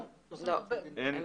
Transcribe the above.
אוקיי.